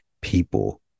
people